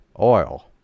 oil